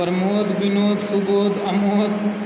Pramod Vinod Subodh Amod